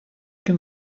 can